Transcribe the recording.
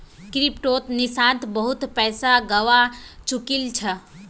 क्रिप्टोत निशांत बहुत पैसा गवा चुकील छ